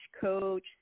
coach